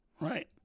right